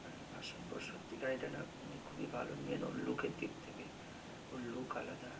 version four সত্যি গাড়িটা না খুবই ভালো মেইন ওর লুকের দিক থেকে ওর লুক আলাদা